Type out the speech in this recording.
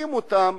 שמכריחים אותם,